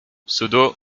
pseudo